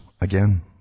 again